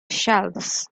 shelves